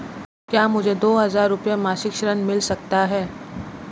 क्या मुझे दो हज़ार रुपये मासिक ऋण मिल सकता है?